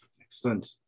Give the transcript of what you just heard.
Excellent